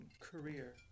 career